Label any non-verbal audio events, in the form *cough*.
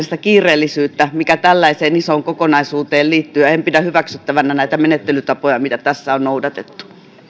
*unintelligible* sitä kiireellisyyttä mikä tällaiseen isoon kokonaisuuteen liittyy enkä pidä hyväksyttävänä näitä menettelytapoja joita tässä on noudatettu